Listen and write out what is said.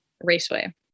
raceway